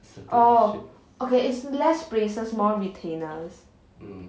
oh okay it's less braces more retainers